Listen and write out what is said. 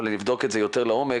אבל נבדוק את זה יותר לעומק